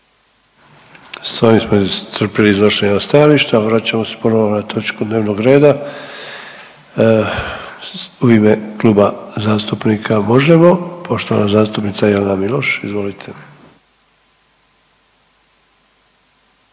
S ovim smo iscrpili iznošenja stajališta, vraćamo se ponovo na točku dnevnog reda. U ime Kluba zastupnika Možemo! poštovana zastupnica Jelena Miloš, izvolite.